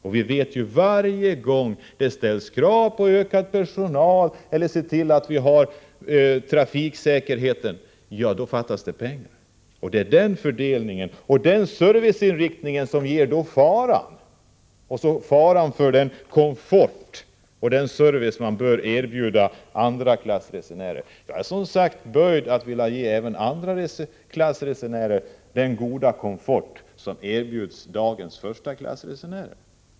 Och vi vet, att varje gång då det ställs krav på utökad personal eller bättre trafiksäkerhet, fattas det pengar! Den fördelning och den serviceinriktning som nu prioriteras utgör en fara för den komfort och den service som bör erbjudas andraklassresenärer. Jag är, som sagt, böjd att förorda att man ger även andraklassresenärerna den goda komfort som erbjuds dagens förstaklassresenärer.